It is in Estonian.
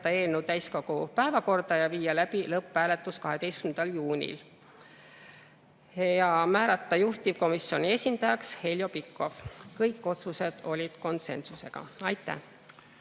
eelnõu täiskogu päevakorda ja viia läbi lõpphääletus 12. juunil. Ja määrata juhtivkomisjoni esindajaks Heljo Pikhof. Kõik otsused olid konsensusega. Aitäh!